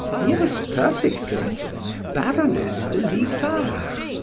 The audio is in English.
yes, perfectly baroness de livar.